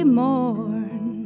mourn